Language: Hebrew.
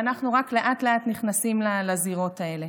ואנחנו רק לאט-לאט נכנסים לזירות האלה.